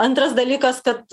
antras dalykas kad